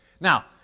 Now